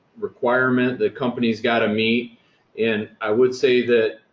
requirement that companies got to meet and i would say that,